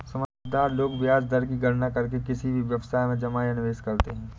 समझदार लोग ब्याज दर की गणना करके ही किसी व्यवसाय में जमा या निवेश करते हैं